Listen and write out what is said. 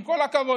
עם כל הכבוד,